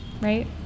right